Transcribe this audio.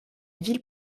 ville